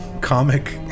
comic